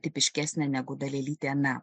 tipiškesnė negu dalelytė na